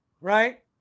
right